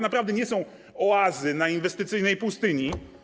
Naprawdę nie są to oazy na inwestycyjnej pustyni.